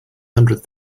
hundred